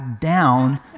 down